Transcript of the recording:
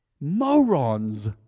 Morons